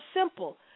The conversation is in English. simple